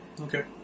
Okay